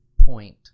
Point